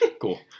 cool